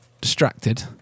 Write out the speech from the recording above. distracted